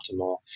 optimal